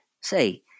Say